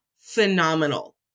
phenomenal